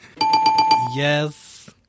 yes